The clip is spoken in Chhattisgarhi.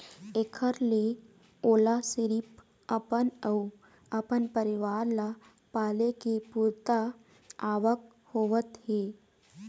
एखर ले ओला सिरिफ अपन अउ अपन परिवार ल पाले के पुरता आवक होवत हे